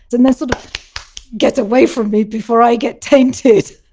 then then sort of get away from me before i get tainted.